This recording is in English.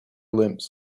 limbs